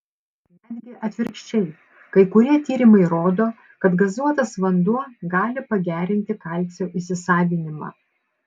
netgi atvirkščiai kai kurie tyrimai rodo kad gazuotas vanduo gali pagerinti kalcio įsisavinimą